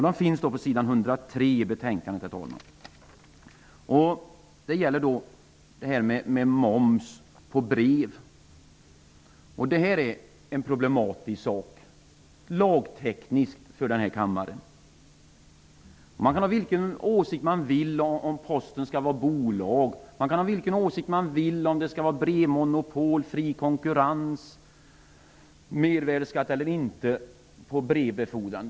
De finns på s. 103 i betänkandet, herr talman! Det gäller moms på brev. Det är lagtekniskt en problematisk sak för kammaren. Man kan ha vilken åsikt man vill om Posten skall vara bolag. Man kan ha vilken åsikt man vill om det skall finnas brevmonopol, fri konkurrens eller mervärdesskatt eller inte på brevbefordran.